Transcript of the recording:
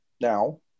now